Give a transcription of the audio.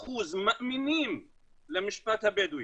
67% מאמינים למשפט הבדואי.